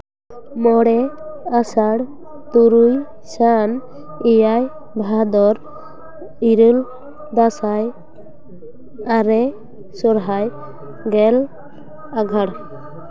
ᱢᱚᱬᱮ ᱟᱥᱟᱲ ᱛᱩᱨᱩᱭ ᱥᱟᱱ ᱮᱭᱟᱭ ᱵᱷᱟᱫᱚᱨ ᱤᱨᱟᱹᱞ ᱫᱟᱸᱥᱟᱭ ᱟᱨᱮ ᱥᱚᱨᱦᱟᱭ ᱜᱮᱞ ᱟᱸᱜᱷᱟᱲ